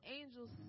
angels